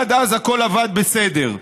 עד אז הכול עבד בסדר.